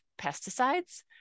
pesticides